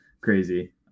crazy